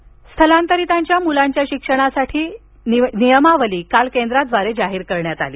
शिक्षण विभाग स्थलांतरितांच्या मुलांच्या शिक्षणासाठी नियमावली काल केंद्राद्वारे जाहीर करण्यात आली